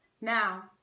Now